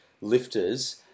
lifters